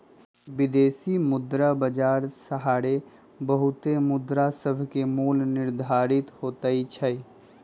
विदेशी मुद्रा बाजार सहारे बहुते मुद्रासभके मोल निर्धारित होतइ छइ